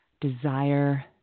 desire